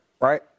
right